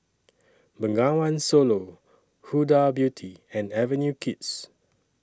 Bengawan Solo Huda Beauty and Avenue Kids